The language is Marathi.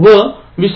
२०